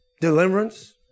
deliverance